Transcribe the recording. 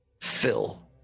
Phil